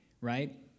right